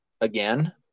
again